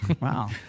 Wow